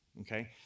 Okay